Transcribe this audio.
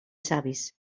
savis